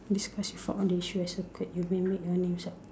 discuss you may make the names up